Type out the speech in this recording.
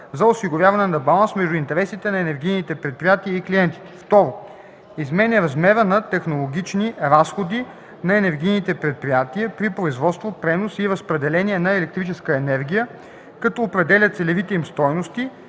за осигуряване на баланс между интересите на енергийните предприятия и клиентите; 2. изменя размера на технологични разходи на енергийните предприятия при производство, пренос и разпределение на електрическа енергия, като определя целевите им стойности